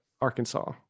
Arkansas